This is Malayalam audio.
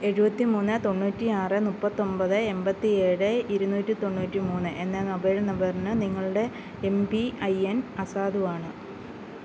എഴുപത്തി മൂന്ന് തൊണ്ണൂറ്റി ആറ് മുപ്പത്തൊമ്പത് എൺപത്തി ഏഴ് ഇരുന്നൂറ്റി തൊണ്ണൂറ്റി മൂന്ന് എന്ന മൊബൈൽ നമ്പറിന് നിങ്ങളുടെ എം പി ഐ എൻ അസാധുവാണ്